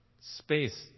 space